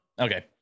Okay